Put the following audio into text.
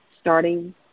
starting